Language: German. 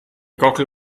gockel